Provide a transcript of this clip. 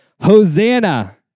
Hosanna